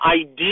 idea